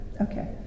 Okay